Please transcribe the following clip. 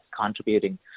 contributing